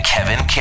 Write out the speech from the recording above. Kevin